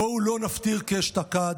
בואו לא נפטיר כאשתקד,